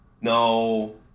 no